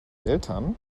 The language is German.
eltern